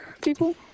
people